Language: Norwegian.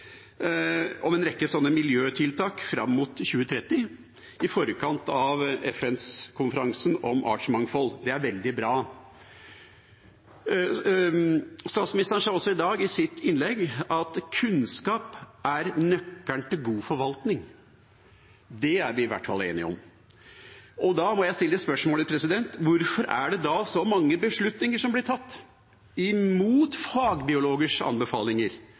om en rekke miljøtiltak fram mot 2030, i forkant av FN-konferansen om artsmangfold. Det er veldig bra. Statsministeren sa også i sitt innlegg i dag at kunnskap er nøkkelen til god forvaltning, og det er vi i hvert fall enige om. Da må jeg stille spørsmålet: Hvorfor blir det tatt så mange beslutninger imot fagbiologers anbefalinger og fagetaters anbefalinger?